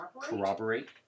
corroborate